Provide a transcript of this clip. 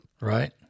right